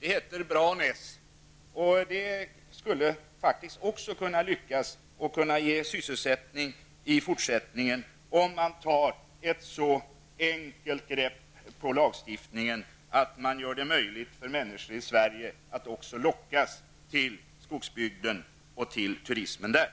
Det heter Branäs, och det skulle faktiskt också kunna lyckas och kunna ge sysselsättning i fortsättningen, om man tar ett så enkelt grepp på lagstiftningen att man gör det möjligt för människor i Sverige att också lockas till skogsbygden och till turismen där.